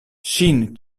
ŝin